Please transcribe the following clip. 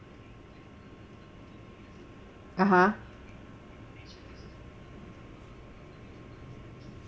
(uh huh)